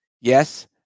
Yes